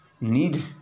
need